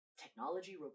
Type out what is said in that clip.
technology